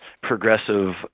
progressive